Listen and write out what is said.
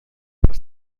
per